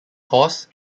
course